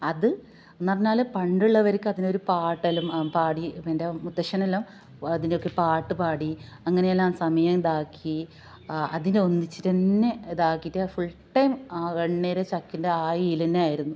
അത് എന്നു പറഞ്ഞാൽ പണ്ടുള്ളവർക്ക് അതിനൊരു പാട്ടെല്ലാം പാടി എന്റെ മുത്തശ്ശനെല്ലാം വ അതിന്റെയൊക്കെ പാട്ടുപാടി അങ്ങനെയെല്ലാം സമയം ഇതാക്കി അതിന്റെ ഒന്നിച്ചിട്ടന്നെ ഇതാക്കീട്ട് ഫുള് ടൈം ആ എണ്ണടെ ചക്കിന്റെയാ അതിലന്നെയായിരുന്നു